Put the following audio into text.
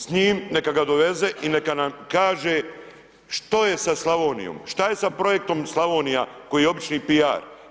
S njim neka ga doveze i neka nam kaže što je sa Slavonijom, šta je sa projektom Slavonija koji je obični PR.